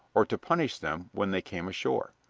or to punish them when they came ashore.